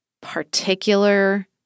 particular